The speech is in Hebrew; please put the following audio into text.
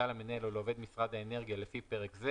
למנהל או לעובד משרד האנרגיה לפי פרק זה